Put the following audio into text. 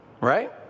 Right